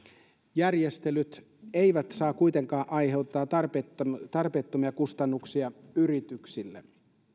järjestelyt eivät saa kuitenkaan aiheuttaa tarpeettomia tarpeettomia kustannuksia yrityksille